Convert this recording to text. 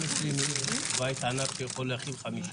אם יש לי בית ענק שיכול להכיל 50?